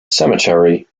cemetery